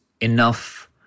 enough